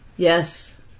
Yes